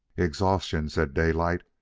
exhaustion, said daylight.